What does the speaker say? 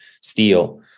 steel